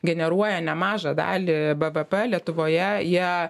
generuoja nemažą dalį bvp lietuvoje jie